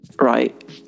right